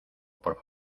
por